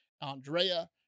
Andrea